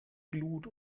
glut